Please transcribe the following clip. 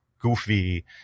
goofy